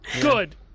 Good